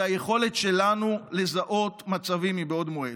היכולת שלנו לזהות מצבים מבעוד מועד,